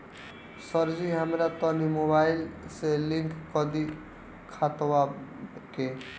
सरजी हमरा तनी मोबाइल से लिंक कदी खतबा के